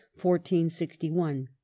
1461